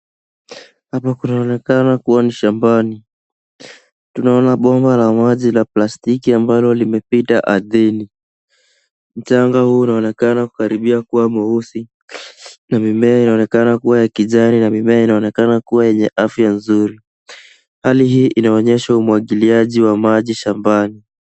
Hapa kunaonekana kuwa ni shambani, tunaona bomba la plastiki ambalo limepita ardhini. Mchanga huu unaonekana kukaribia kuwa mweusi, na mimea inaonekana kuwa yakijani na mimea inaonekana kuwa yenye afya nzuri, hali hii inaonyesha umwagiliaji wa maji shambani.